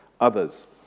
others